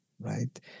right